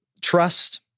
trust